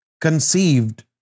conceived